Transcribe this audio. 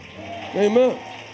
Amen